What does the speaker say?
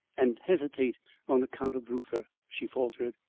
and hesitate on account of reuther, she faltered.